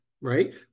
right